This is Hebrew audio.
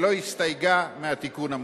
ולא הסתייגה מהתיקון המוצע.